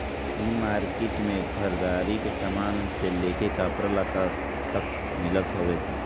इ मार्किट में घरदारी के सामान से लेके कपड़ा लत्ता तक मिलत हवे